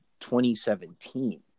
2017